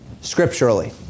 scripturally